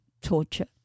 torture